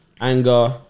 anger